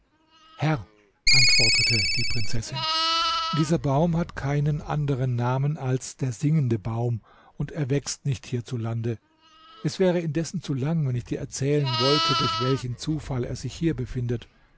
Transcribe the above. herr antwortete die prinzessin dieser baum hat keinen anderen namen als der singende baum und er wächst nicht hierzulande es wäre indessen zu lang wenn ich dir erzählen wollte durch welchen zufall er sich hier befindet